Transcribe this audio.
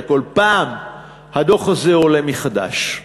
וכל פעם הדוח הזה עולה מחדש.